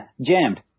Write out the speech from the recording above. jammed